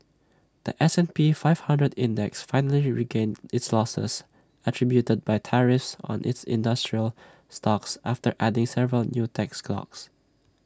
The S and P five hundred index finally regained its losses attributed by tariffs on its industrial stocks after adding several new tech stocks